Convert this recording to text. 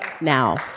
now